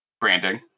Branding